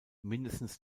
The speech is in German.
mindestens